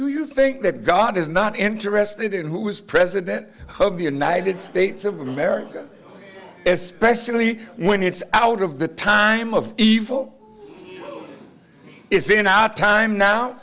do you think that god is not interested in who is president of the united states of america especially when it's out of the time of evil is in our time now